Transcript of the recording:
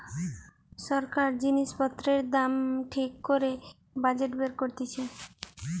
সরকার জিনিস পত্রের দাম ঠিক করে বাজেট বের করতিছে